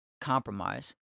compromise